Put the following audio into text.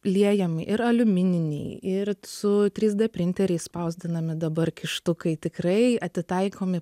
liejam ir aliumininiai ir su trys d printeriais spausdinami dabar kištukai tikrai atitaikomi